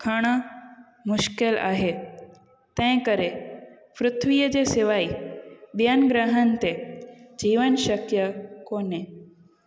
खणणु मुश्किलु आहे तंहिं करे पृथ्वीअ जे सवाइ ॿियनि ग्रहनि ते जीवन शक्य कोन्हे